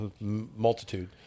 multitude